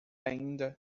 ainda